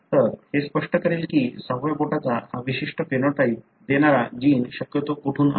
तर हे स्पष्ट करेल की सहाव्या बोटाचा हा विशिष्ट फेनोटाइप देणारा जीन शक्यतो कुठून आला